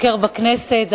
לבקר בכנסת,